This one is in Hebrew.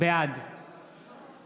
בעד